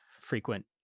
frequent